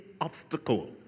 obstacle